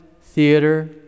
theater